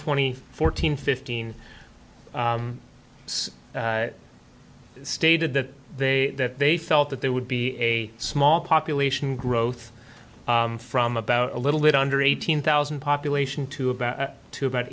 twenty fourteen fifteen stated that they that they felt that there would be a small population growth from about a little bit under eighteen thousand population to about to about